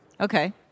Okay